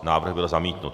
Návrh byl zamítnut.